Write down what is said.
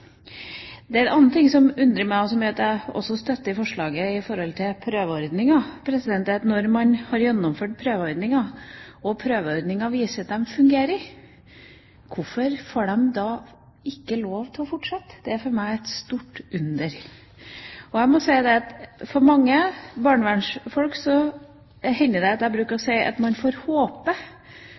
Det er en annen ting som undrer meg, og som gjør at jeg også støtter forslaget om prøveordninger: Når man har gjennomført prøveordninger og prøveordningene viser seg å fungere, hvorfor får de da ikke lov til å fortsette? Det er for meg et stort under. Det hender at jeg sier til barnevernsfolk at